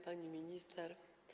Pani Minister!